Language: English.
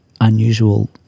unusual